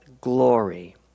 glory